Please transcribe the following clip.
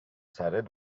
سرت